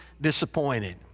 disappointed